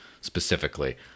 specifically